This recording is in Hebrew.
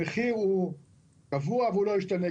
המחיר קבוע ולא ישתנה,